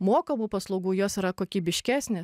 mokamų paslaugų jos yra kokybiškesnės